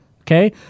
Okay